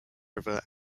river